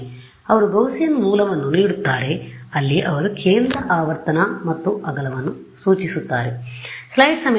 ಆದ್ದರಿಂದ ಅವರು ಗೌಸಿಯನ್ ಮೂಲವನ್ನು ನೀಡುತ್ತಾರೆ ಅಲ್ಲಿ ಅವರು ಕೇಂದ್ರ ಆವರ್ತನ ಮತ್ತು ಅಗಲವನ್ನು ಸೂಚಿಸುತ್ತಾರೆ